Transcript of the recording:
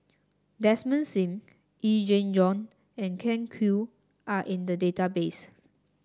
Desmond Sim Yee Jenn Jong and Ken Kwek are in the database